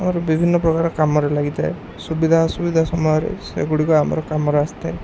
ଆମର ବିଭିନ୍ନ ପ୍ରକାର କାମରେ ଲାଗିଥାଏ ସୁବିଧା ଅସୁବିଧା ସମୟରେ ସେଗୁଡ଼ିକ ଆମର କାମରେ ଆସିଥାଏ